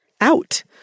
out